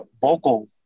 vocal